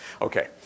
Okay